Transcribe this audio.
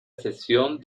sección